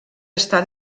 està